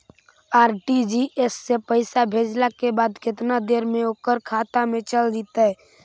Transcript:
RTGS से पैसा भेजला के बाद केतना देर मे ओकर खाता मे चल जितै?